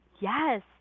Yes